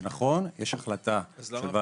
זה נכון, יש החלטה של ועדת